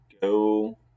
go